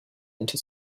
into